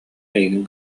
эйигин